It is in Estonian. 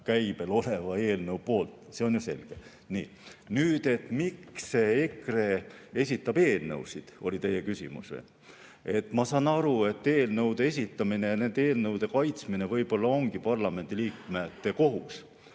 oleva eelnõu poolt, see on selge. Nüüd, miks EKRE esitab eelnõusid, oli teie küsimus. Ma saan aru, et eelnõude esitamine ja nende kaitsmine võib-olla ongi parlamendiliikmete kohus.